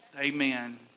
Amen